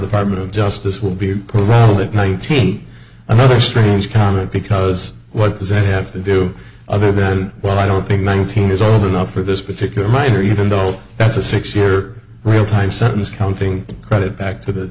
department of justice will be a program that nineteen another strange comment because what does it have to do other than well i don't think nineteen is old enough for this particular minor even though that's a six year real time sentence counting credit back to the